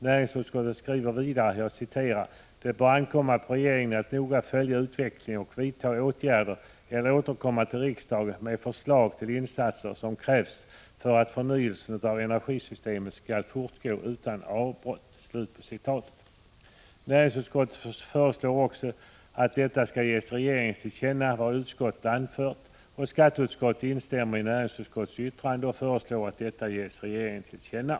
Näringsutskottet skriver vidare: ”Det bör ankomma på regeringen att noga följa utvecklingen och vidta åtgärder eller återkomma till riksdagen med förslag till insatser som krävs för att förnyelsen av energisystemet skall fortgå utan avbrott”. Näringsutskottet föreslår också att vad utskottet anfört skall ges regeringen till känna. Skatteutskottet instämmer i näringsutskottets yttrande och föreslår att detta ges regeringen till känna.